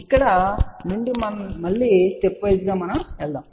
ఇక్కడ నుండి మళ్ళీ స్టెప్ వైస్ గా వెళ్దాం